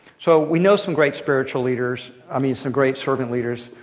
so we know some great spiritual leaders, i mean some great servant leaders,